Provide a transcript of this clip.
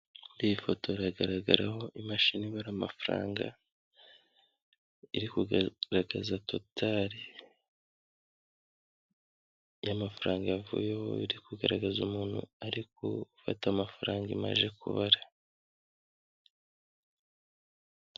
Iyi foto iragaragaraho imashini ibara amafaranga, iri kugaragaza totari y'amafaranga yavuyeho, iri kugaragaza umuntu ari gufata amafaranga imaze kubara.